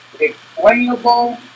explainable